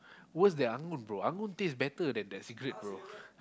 worse than Angun bro Angun taste better than that cigarette bro